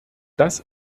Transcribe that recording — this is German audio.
das